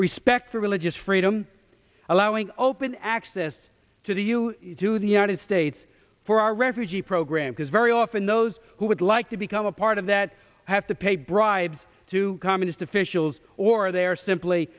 respect for religious freedom allowing open access to the you to the united states for our refugee program because very often those who would like to become a part of that have to pay bribes to communist officials or they are simply